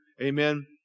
Amen